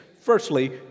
Firstly